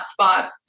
hotspots